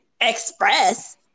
Express